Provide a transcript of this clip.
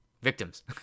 victims